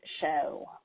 show